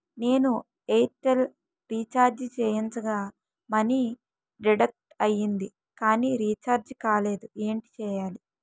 నేను Airtel recharge చేయించగా money deduct అయ్యింది కానీ రీఛార్జ్ కాలేదు ఏంటి చేయాలి?